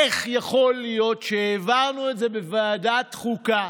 איך יכול להיות שהעברנו את זה בוועדת חוקה